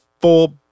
full